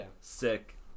sick